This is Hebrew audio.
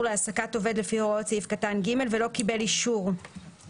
להעסקת עובד לפי הוראות סעיף קטן (ג) ולא קיבל אישור של